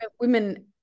women